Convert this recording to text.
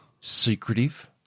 secretive